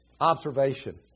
observation